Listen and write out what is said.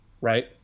right